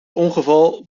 ongeval